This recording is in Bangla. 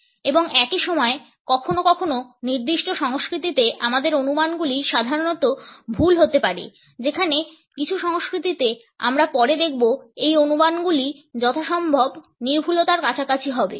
এবং একই সময়ে কখনও কখনও নির্দিষ্ট সংস্কৃতিতে আমাদের অনুমানগুলি সাধারণত ভুল হতে পারে যেখানে কিছু সংস্কৃতিতে আমরা পরে দেখব এই অনুমানগুলি যথাসম্ভব নির্ভুলতার কাছাকাছি হবে